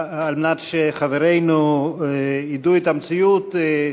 על מנת שחברינו ידעו את המציאות,